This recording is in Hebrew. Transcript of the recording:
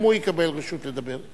גם הוא יקבל רשות לדבר,